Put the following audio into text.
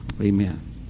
Amen